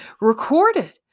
recorded